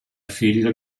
figlia